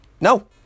No